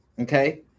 Okay